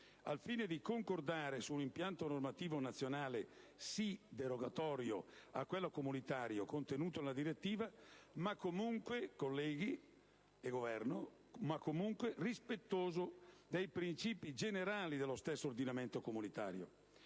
al fine di concordare su un impianto normativo nazionale, derogatorio, sì, a quello comunitario contenuto nella direttiva, ma comunque, colleghi e Governo, rispettoso dei principi generali dello stesso ordinamento comunitario.